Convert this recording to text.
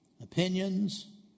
opinions